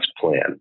plan